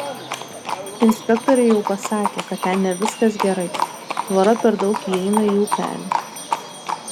inspektoriai jau pasakė kad ten ne viskas gerai tvora per daug įeina į upelį